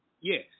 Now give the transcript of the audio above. Yes